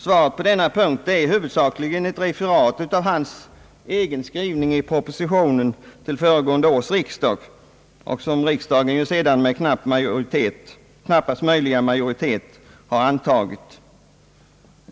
Svaret på denna punkt är huvudsakligen ett referat av hans egen skrivning i propositionen, som riksdagen sedan med knappast möjliga majoritet antagit.